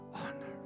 honor